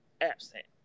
absent